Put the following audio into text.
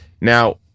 Now